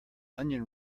onion